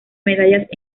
medallas